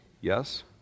yes